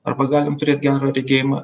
arba galim turėt gerą regėjimą